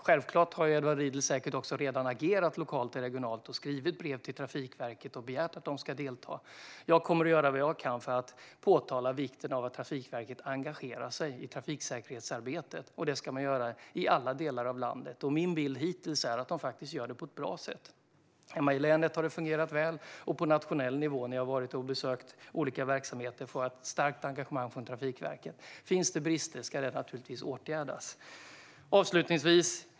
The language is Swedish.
Självklart har Edward Riedl säkert redan agerat lokalt och regionalt och skrivit brev till Trafikverket och begärt att de ska delta. Jag kommer att göra vad jag kan för att påpeka vikten av att Trafikverket engagerar sig i trafiksäkerhetsarbetet. Det ska man göra i alla delar av landet. Min bild hittills är att de gör det på ett bra sätt. Hemma i länet har det fungerat väl, och på nationell nivå har jag vid mina besök vid olika verksamheter sett ett starkt engagemang från Trafikverkets sida. Om det finns brister ska de naturligtvis åtgärdas.